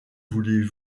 voulez